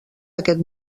aquest